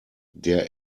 der